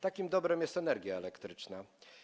Takim dobrem jest energia elektryczna.